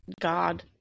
God